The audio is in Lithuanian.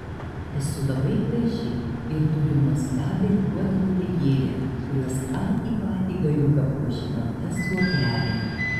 esu labai graži ir turiu nuostabią juodą uodegėlę kurios patį patį galiuką puošia balta sruogelė